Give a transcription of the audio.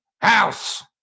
house